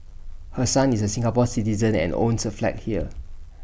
her son is A Singapore Citizen and owns A flat here